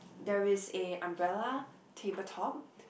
there is a umbrella tabletop